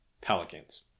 Pelicans